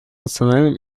национальном